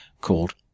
called